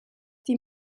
die